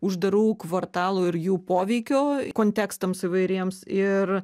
uždarų kvartalų ir jų poveikio kontekstams įvairiems ir